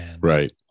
Right